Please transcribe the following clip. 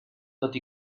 tot